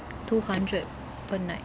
two hundred per night